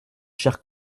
cher